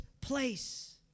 place